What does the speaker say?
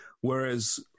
Whereas